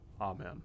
Amen